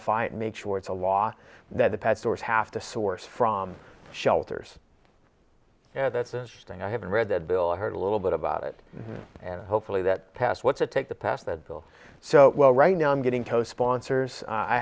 fire and make sure it's a law that the pet stores have to source from shelters you know that's interesting i haven't read that bill i heard a little bit about it and hopefully that passed what's it take to pass the bill so well right now i'm getting co sponsors i